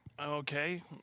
Okay